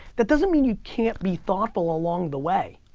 that doesn't mean you can't be thoughtful along the way,